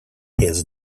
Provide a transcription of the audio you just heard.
his